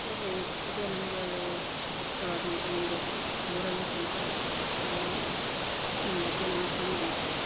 so ಇದೇ ನಮ್ಗೆ ಇಷ್ಟವಾದಂಥ ಒಂದು ಊರಲ್ಲಿರುವಂಥ ಸಂಗತಿ ನನಗೆ ಚೆಂದ ಅನ್ನಿಸ್ತದೆ